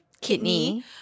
kidney